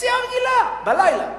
בנסיעה רגילה בלילה,